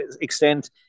extent